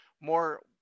more